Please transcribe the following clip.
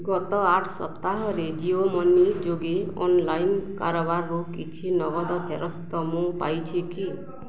ଗତ ଆଠ ସପ୍ତାହରେ ଜିଓ ମନି ଯୋଗେ ଅନ୍ଲାଇନ୍ କାରବାରରୁ କିଛି ନଗଦ ଫେରସ୍ତ ମୁଁ ପାଇଛି କି